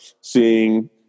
seeing